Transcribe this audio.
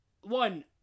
one